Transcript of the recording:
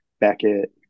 Beckett